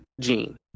Gene